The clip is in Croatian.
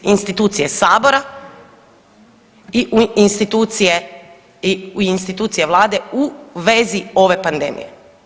Institucije sabora i institucije i u institucije vlade u vezi ove pandemije.